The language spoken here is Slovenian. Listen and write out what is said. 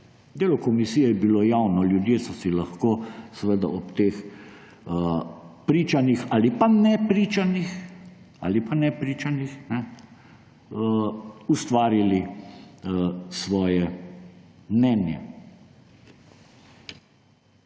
Delo komisije je bilo javno, ljudje so si lahko ob teh pričanjih ali pa nepričanjih ustvarili svoje mnenje.